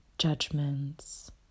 judgments